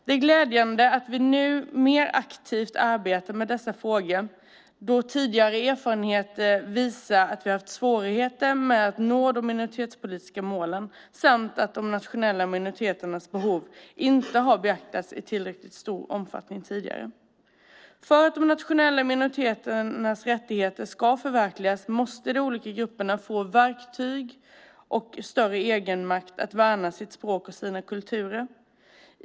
Det är glädjande att vi nu mer aktivt arbetar med dessa frågor då tidigare erfarenheter visar att vi har haft svårigheter med att nå de minoritetspolitiska målen samt att de nationella minoriteternas behov inte har beaktats i tillräckligt stor omfattning tidigare. För att de nationella minoriteternas rättigheter ska förverkligas måste de olika grupperna få verktyg och större egenmakt att värna sitt språk och sina kulturer.